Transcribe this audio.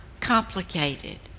complicated